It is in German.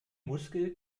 muskel